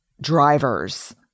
drivers